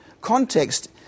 context